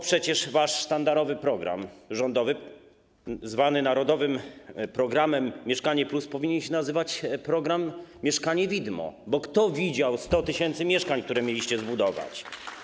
Przecież wasz sztandarowy program rządowy, zwany narodowym programem ˝Mieszkanie+˝, powinien się nazywać: mieszkanie widmo, bo czy ktoś widział 100 tys. mieszkań, które mieliście zbudować?